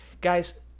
Guys